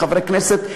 חברי הכנסת,